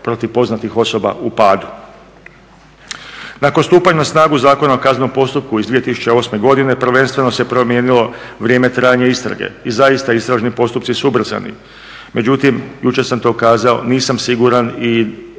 protiv poznatih osoba u padu. Nakon stupanja na snagu Zakona o kaznenom postupku iz 2008. godine prvenstveno se promijenilo vrijeme trajanja istrage i zaista istražni postupci su ubrzani. Međutim, jučer sam to kazao nisam siguran i